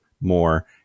more